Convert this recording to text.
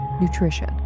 nutrition